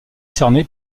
cerné